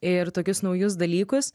ir tokius naujus dalykus